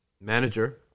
manager